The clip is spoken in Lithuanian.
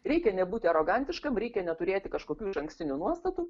reikia nebūti arogantiškam reikia neturėti kažkokių išankstinių nuostatų